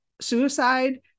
suicide